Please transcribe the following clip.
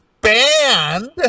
banned